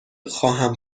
خواهم